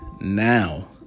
now